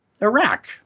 Iraq